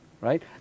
right